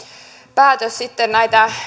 päätös sitten näitä